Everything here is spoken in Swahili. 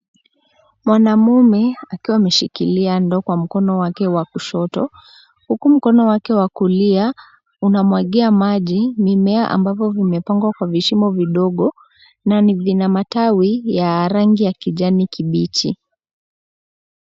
Mwanamume akiwa ameshikilia ndoo kwa mkono wake wa kushoto uku mkono wake wa kulia unamwagia maji mimea ambapo vimepangwa kwa vishimo vidogo na vina matawi ya rangi ya kijani kibichi.